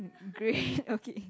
great okay